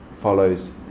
follows